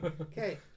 Okay